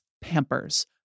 Pampers